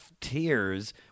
tears